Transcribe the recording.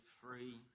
free